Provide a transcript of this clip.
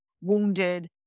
wounded